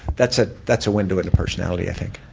that's ah that's a window into personality, i think.